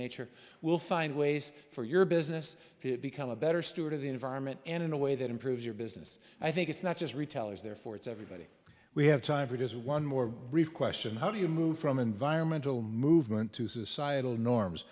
nature will find ways for your business to become a better steward of the environment and in a way that improves your business i think it's not just retailers therefore it's everybody we have time for just one more brief question how do you move from environmental movement to societal norms